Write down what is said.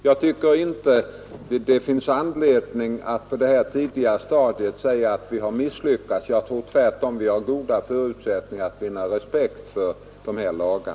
Jag tycker inte det finns anledning att på detta tidiga stadium säga att vi har misslyckats; jag tror tvärtom att vi har stora förutsättningar att vinna respekt för dessa lagar.